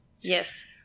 Yes